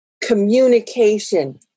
communication